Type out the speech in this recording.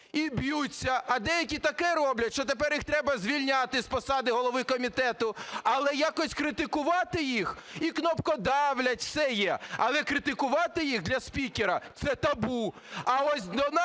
і б'ються, а деякі таке роблять, що тепер їх треба звільняти з посади голови комітету. Але якось критикувати їх… І кнопкодавлять, все є. Але критикувати їх для спікера – це табу.